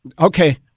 Okay